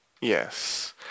Yes